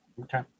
Okay